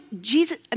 Jesus